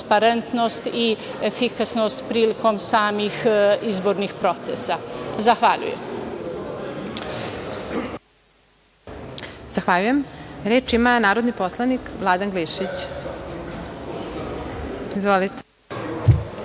transparentnost i efikasnost prilikom samih izbornih procesa. Zahvaljujem. **Elvira Kovač** Zahvaljujem. Reč ima narodni poslanik, Vladan Glišić. **Vladan